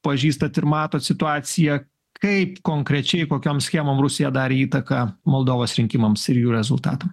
pažįstat ir matot situaciją kaip konkrečiai kokiom schemom rusija darė įtaką moldovos rinkimams ir jų rezultatam